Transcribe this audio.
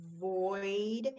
void